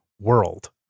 world